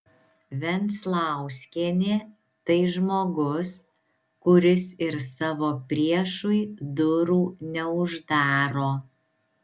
venclauskienė tai žmogus kuris ir savo priešui durų neuždaro